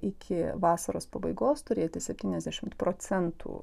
iki vasaros pabaigos turėti septyniasdešimt procentų